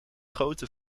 grote